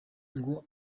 ngo